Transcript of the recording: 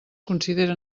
considere